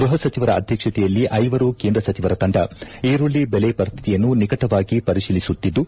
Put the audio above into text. ಗೃಹ ಸಚಿವರ ಆಧ್ಯಕ್ಷತೆಯಲ್ಲಿ ಐವರು ಕೇಂದ್ರ ಸಚಿವರ ತಂಡ ಈರುಳ್ಳ ದೆಲೆ ಪರಿಸ್ತಿತಿಯನ್ನು ನಿಕಟವಾಗಿ ಪರಿತೀಲಿಸುತ್ತಿದ್ದು